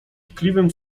tkliwym